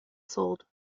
sold